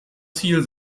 ziel